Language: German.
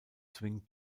swing